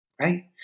Right